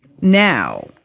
now